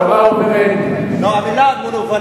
המלה "מנוולים".